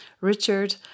Richard